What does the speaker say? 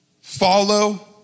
Follow